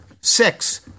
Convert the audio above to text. Six